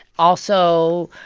also,